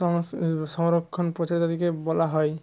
সংরক্ষণ প্রচারের দিকে বলা হয়